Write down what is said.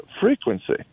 frequency